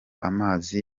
amazi